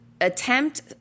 attempt